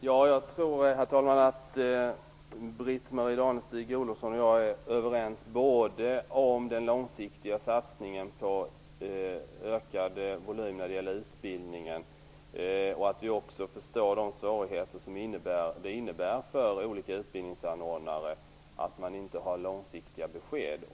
Herr talman! Jag tror att Britt-Marie Danestig Olofsson och jag är överens både om den långsiktiga satsningen på ökad volym när det gäller utbildningen och att vi förstår de svårigheter som det innebär för olika utbildningsanordnare att de inte får långsiktiga besked.